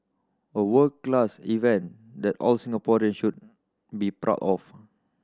a world class event that all Singaporean should be proud of